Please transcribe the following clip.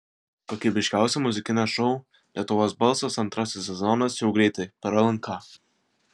kokybiškiausio muzikinio šou lietuvos balsas antrasis sezonas jau greitai per lnk